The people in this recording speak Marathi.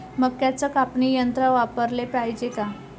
मक्क्याचं कापनी यंत्र वापराले पायजे का?